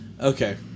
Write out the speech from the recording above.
Okay